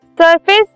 surface